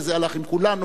וזה הלך עם כולנו,